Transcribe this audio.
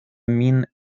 min